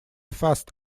fast